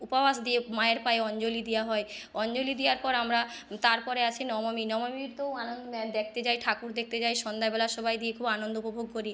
উপবাস দিয়ে মায়ের পায়ে অঞ্জলি দেওয়া হয় অঞ্জলি দেওয়ার পর আমরা তারপরে আসে নবমী নবমীতেও আনন্দ দেখতে যাই ঠাকুর দেখতে যাই সন্ধেবেলা সবাই দিয়ে খুব আনন্দ উপভোগ করি